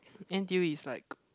N_T_U is like